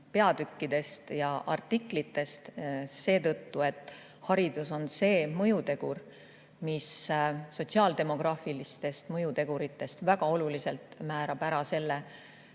peatükkidest ja artiklitest seetõttu, et haridus on see mõjutegur, mis sotsiaaldemograafiliste mõjutegurite hulgas väga oluliselt määrab ära selle,